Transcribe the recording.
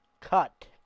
Cut